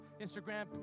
Instagram